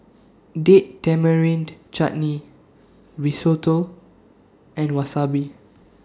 Date Tamarind Chutney Risotto and Wasabi